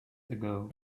ago